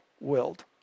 willed